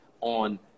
on